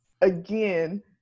again